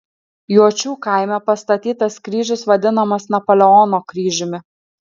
juočių kaime pastatytas kryžius vadinamas napoleono kryžiumi